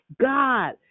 God